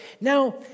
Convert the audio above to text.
Now